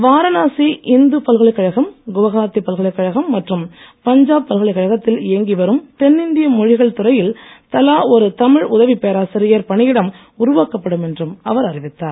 வாரணாசி இந்து பல்கலைக்கழகம் குவஹாத்தி பல்கலைக்கழகம் மற்றும் பஞ்சாப் பல்கலைக்கழகத்தில் இயங்கி வரும் தென்னிந்திய மொழிகள் துறையில் தலா ஒரு தமிழ் உதவி பேராசிரியர் பணியிடம் உருவாக்கப்படும் என்றும் அவர் அறிவித்தார்